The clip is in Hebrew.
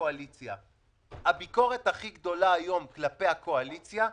משם מגיעה כל הביקורת של אזרחי ישראל נגדנו,